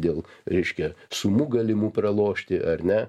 dėl reiškia sumų galimų pralošti ar ne